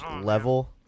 Level